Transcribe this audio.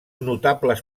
notables